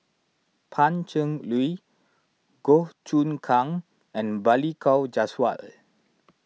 Pan Cheng Lui Goh Choon Kang and Balli Kaur Jaswal